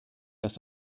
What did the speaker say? dass